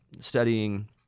studying